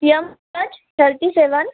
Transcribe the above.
M H thirty seven